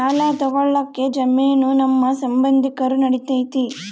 ಸಾಲ ತೊಗೋಳಕ್ಕೆ ಜಾಮೇನು ನಮ್ಮ ಸಂಬಂಧಿಕರು ನಡಿತೈತಿ?